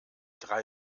drei